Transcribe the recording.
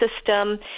system